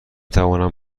توانم